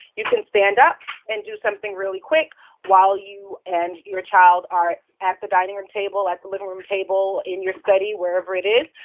you can stand up and do something really quick while you and and your child are at the dining room table, at the living room table, in your study, wherever it is.